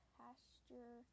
pasture